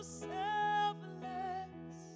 selfless